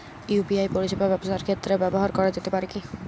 UPI পরিষেবা ব্যবসার ক্ষেত্রে ব্যবহার করা যেতে পারে কি?